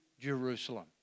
Jerusalem